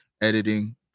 editing